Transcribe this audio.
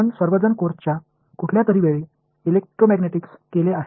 आपण सर्वजण कोर्सच्या कुठल्या तरी वेळी इलेक्ट्रोमॅग्नेटिक्स केले आहेत